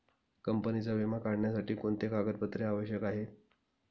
कंपनीचा विमा काढण्यासाठी कोणते कागदपत्रे आवश्यक आहे?